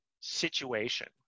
situation